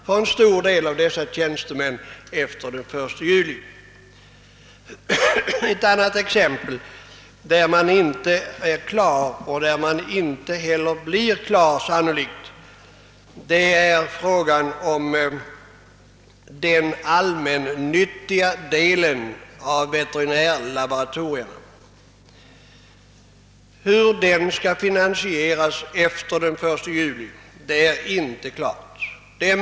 för en stor del av dessa tjänstemän efter den 1 juli. Ett annat problem, som inte är löst och som sannolikt inte heller hinner bli det i tid, är frågan om den allmännyttiga delen av veterinärlaboratorierna. Finansieringsfrågan från denna del av verksamheten är inte löst.